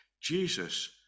Jesus